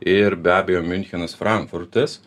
ir be abejo miunchenas frankfurtas